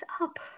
up